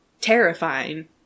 terrifying